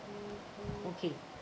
okay